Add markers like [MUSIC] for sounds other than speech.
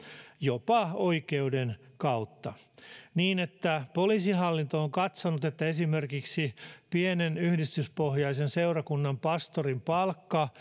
jopa oikeuden kautta [UNINTELLIGIBLE] [UNINTELLIGIBLE] [UNINTELLIGIBLE] [UNINTELLIGIBLE] niin että poliisihallinto on katsonut että esimerkiksi pienen yhdistyspohjaisen seurakunnan pastorin palkka [UNINTELLIGIBLE]